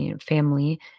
family